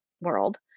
world